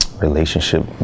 relationship